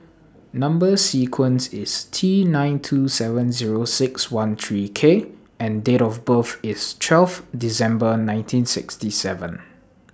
Number sequence IS T nine two seven Zero six one three K and Date of birth IS twelve December nineteen sixty seven